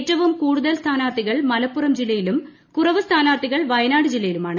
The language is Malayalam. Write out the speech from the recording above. ഏറ്റവും ്കൂടുതൽ സ്ഥാനാർത്ഥികൾ മലപ്പുറം ജില്ലയിലും കുറവ് സ്ക്യാനാർത്ഥികൾ വയനാട് ജില്ലയിലുമാണ്